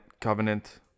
Covenant